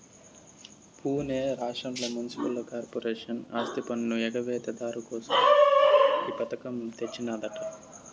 పునే రాష్ట్రంల municipal corporation ఆస్తిపన్ను ఎగవేత దారు కోసం ఈ పథకం తెచ్చినాదట